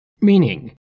Meaning